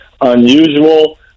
unusual